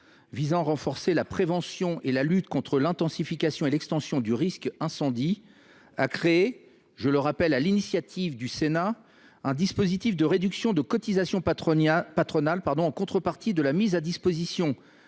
visant à renforcer la prévention et la lutte contre l’intensification et l’extension du risque incendie a instauré, sur l’initiative du Sénat, un dispositif de réduction de cotisations patronales en contrepartie de la mise à disposition